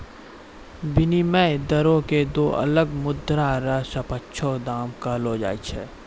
विनिमय दरो क दो अलग मुद्रा र सापेक्ष दाम कहलो जाय छै